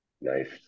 Nice